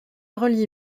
relie